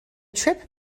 trip